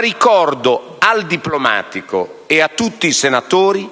Ricordo però al diplomatico e a tutti i senatori